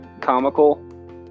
comical